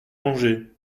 manger